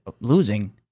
Losing